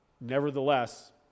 Nevertheless